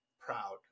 proud